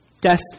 Death